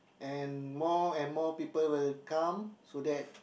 and more and more people will come so that